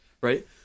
right